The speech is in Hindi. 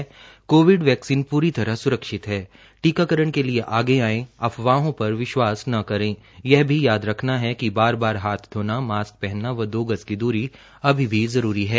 कोविड वैक्सीनन पूरी तरह सुरक्षित है टीकाकरण के लिए आगे आएं अफवाहों पर विश्वा स न करे यह भी याद रखना है कि बार बार हाथ धोना मास्क पहनना व दो गज की दूरी अभी भी जरूरी है